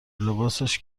لباسش